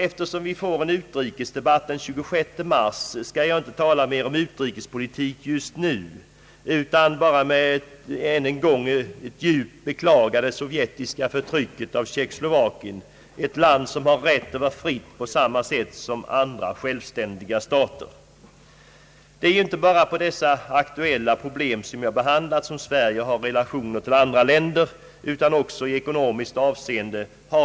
Eftersom vi får en utrikesdebatt den 26 mars skall jag inte tala mera om utrikespolitik just nu utan bara än en gång djupt beklaga det sovjetiska förtrycket av Tjeckoslovakien, ett land som har rätt att vara fritt på samma sätt som alla andra självständiga stater. Det är ju inte bara i fråga om de aktuella problem jag behandlat som Sverige har relationer med andra länder, utan också i ekonomiskt avseende.